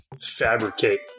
fabricate